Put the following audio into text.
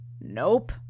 Nope